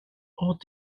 hors